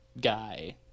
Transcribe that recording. guy